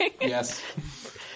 Yes